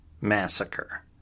Massacre